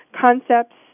concepts